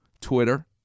Twitter